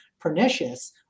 pernicious